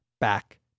back